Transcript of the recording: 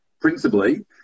principally